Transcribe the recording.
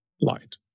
light